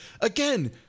again